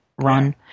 run